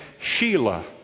Sheila